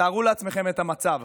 תארו לכם את המצב: